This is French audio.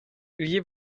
ayez